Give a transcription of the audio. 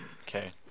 Okay